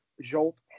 Jolt